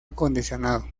acondicionado